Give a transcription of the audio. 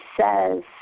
says